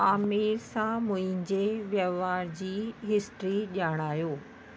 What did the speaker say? आमिर सां मुंहिंजे वहिंवार जी हिस्ट्री ॼाणायो